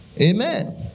Amen